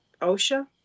OSHA